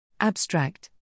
Abstract